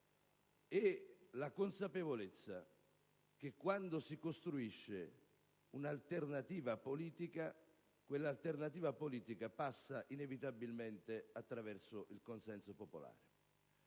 e la consapevolezza che quando si costruisce un'alternativa politica, quell'alternativa passa inevitabilmente attraverso il consenso popolare.